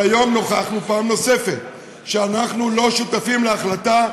והיום נוכחנו פעם נוספת שאנחנו לא שותפים להחלטה,